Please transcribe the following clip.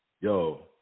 Yo